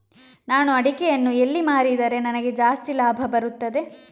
ನಾನು ಅಡಿಕೆಯನ್ನು ಎಲ್ಲಿ ಮಾರಿದರೆ ನನಗೆ ಜಾಸ್ತಿ ಲಾಭ ಬರುತ್ತದೆ?